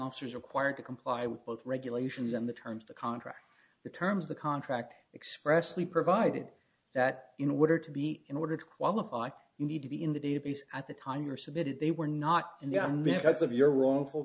officers required to comply with both regulations and the terms the contract the terms of the contract expressly provided that in order to be in order to qualify you need to be in the database at the time you are submitted they were not in the i m f as of your wrongful